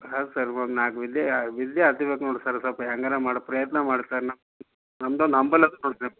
ಹಾಂ ಸರ್ ಒಂದು ನಾಲ್ಕು ವಿದ್ಯೆ ವಿದ್ಯೆ ಹತ್ಬೇಕ್ ನೋಡಿರಿ ಸರ್ ಸ್ವಲ್ಪ ಹೆಂಗಾರೂ ಮಾಡಿ ಪ್ರಯತ್ನ ಮಾಡಿ ಸರ್ ನಮ್ಮ ನಮ್ಮದು ನಮ್ಮಲ್ಲಿ ಅದು ಸರ್